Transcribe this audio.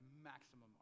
maximum